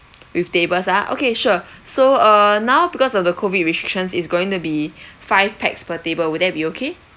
with tables ah okay sure so err now because of the COVID restrictions it's going to be five pax per table would that be okay